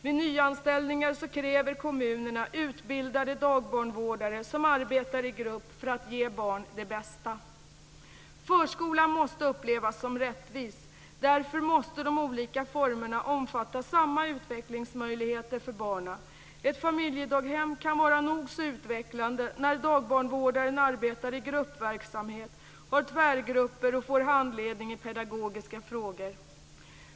Vid nyanställningar kräver kommunerna utbildade dagbarnvårdare som arbetar i grupp för att ge barnen det bästa. Förskolan måste upplevas som rättvis. Därför måste de olika formerna omfatta samma utvecklingsmöjligheter för barnen. Ett familjedaghem kan vara nog så utvecklande när dagbarnvårdarna arbetar i gruppverksamhet, har tvärgrupper och får handledning i pedagogiska frågor.